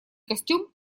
костюм